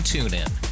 TuneIn